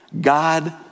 God